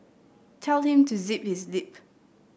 tell him to zip his lip